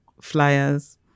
flyers